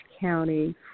County